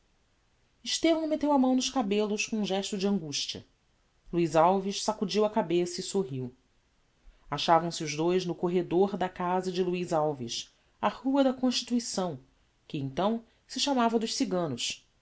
estevão metteu a mão nos cabellos com um gesto de augustia luiz alves sacudiu a cabeça e sorriu achavam-se os dous no corredor da casa de luiz alves á rua da constituição que então se chamava dos ciganos